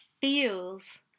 feels